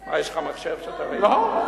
מה, יש לך מחשב שאתה, לא.